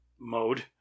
mode